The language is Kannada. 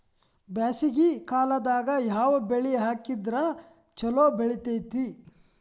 ಬ್ಯಾಸಗಿ ಕಾಲದಾಗ ಯಾವ ಬೆಳಿ ಹಾಕಿದ್ರ ಛಲೋ ಬೆಳಿತೇತಿ?